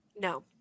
no